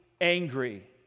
angry